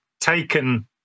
taken